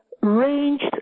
ranged